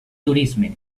turisme